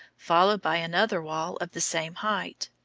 followed by another wall of the same height.